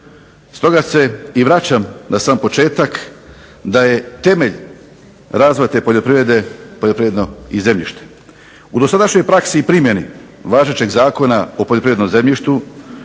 Stoga se i vraćam na sam početak da je temelj razvoja te poljoprivrede poljoprivredno zemljište. U dosadašnjoj praksi i primjeni važećeg Zakona o poljoprivrednom zemljištu